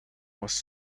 was